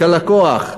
הלקוח,